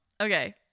okay